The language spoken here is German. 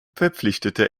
verpflichtete